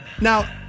Now